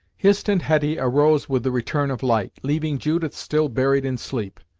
hist and hetty arose with the return of light, leaving judith still buried in sleep.